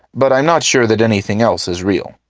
but i'm not sure that anything else is real.